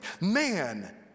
Man